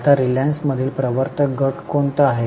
आता रिलायन्स मधील प्रवर्तक गट कोण आहेत